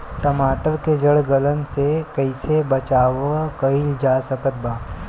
टमाटर के जड़ गलन से कैसे बचाव कइल जा सकत बा?